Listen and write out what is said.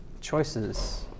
Choices